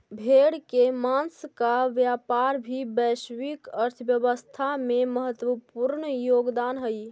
भेड़ के माँस का व्यापार भी वैश्विक अर्थव्यवस्था में महत्त्वपूर्ण योगदान हई